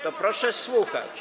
To proszę słuchać.